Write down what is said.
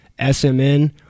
SMN